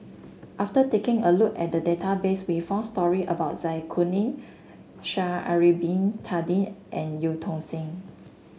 after taking a look at the database we found story about Zai Kuning Sha'ari Bin Tadin and Eu Tong Sen